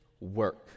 work